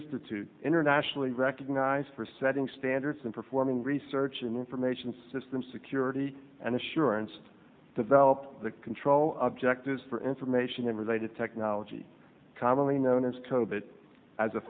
institute internationally recognized for setting standards and performing research and information systems security and assurance the valve the control objectives for information and related technology commonly known as